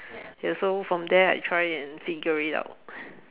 ya so from there I try and figure it out